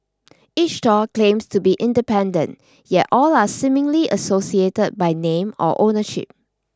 each stall claims to be independent yet all are seemingly associated by name or ownership